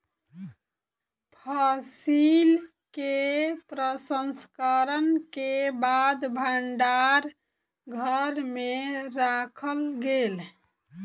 फसिल के प्रसंस्करण के बाद भण्डार घर में राखल गेल